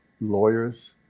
lawyers